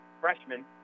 freshman